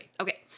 okay